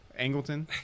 Angleton